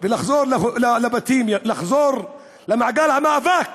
ולחזור לבתים, לחזור למעגל המאבק